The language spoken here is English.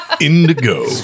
Indigo